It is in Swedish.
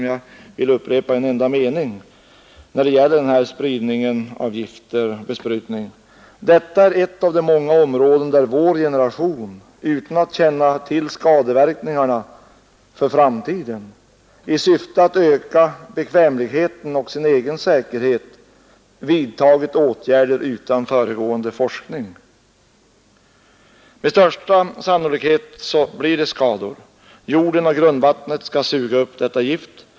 Jag vill upprepa en enda mening ur min motion beträffande besprutningar: ”Detta är ett av de många områden där vår generation utan att känna till skadeverkningarna för framtiden i syfte att öka bekvämligheten och sin egen säkerhet vidtagit åtgärder utan föregående forskning.” Med största sannolikhet blir det skador. Jorden och grundvattnet skall suga upp detta gift.